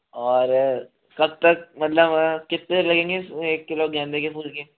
और कब तक मतलब कितने लगेंगे एक किलो गेंदे के फूल के